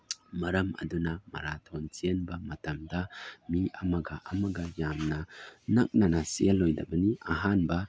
ꯃꯔꯝ ꯑꯗꯨꯅ ꯃꯔꯥꯊꯣꯟ ꯆꯦꯟꯕ ꯃꯇꯝꯗ ꯃꯤ ꯑꯃꯒ ꯑꯃꯒ ꯌꯥꯝꯅ ꯅꯛꯅꯅ ꯆꯦꯜꯂꯣꯏꯗꯕꯅꯤ ꯑꯍꯥꯟꯕ